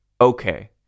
okay